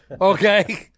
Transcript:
Okay